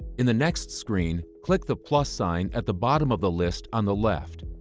in the next screen, click the plus sign at the bottom of the list on the left.